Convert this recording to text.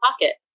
pocket